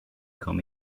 kom